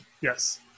Yes